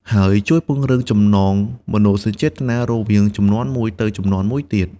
ហើយជួយពង្រឹងចំណងមនោសញ្ចេតនារវាងជំនាន់មួយទៅជំនាន់មួយទៀត។